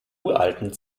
uralten